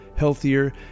healthier